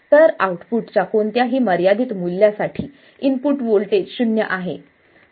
तर आउटपुट च्या कोणत्याही मर्यादित मूल्यासाठी इनपुट व्होल्टेज शून्य आहे